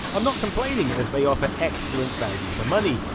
i'm not complaining, as they offer excellent value for money.